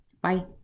Bye